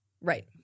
right